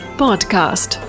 podcast